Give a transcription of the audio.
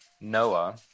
Noah